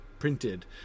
printed